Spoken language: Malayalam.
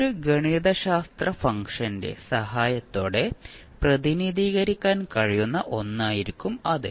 ഒരു ഗണിതശാസ്ത്ര ഫംഗ്ഷന്റെ സഹായത്തോടെ പ്രതിനിധീകരിക്കാൻ കഴിയുന്ന ഒന്നായിരിക്കും അത്